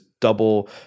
double